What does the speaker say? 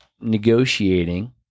negotiating